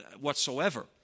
whatsoever